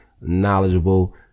knowledgeable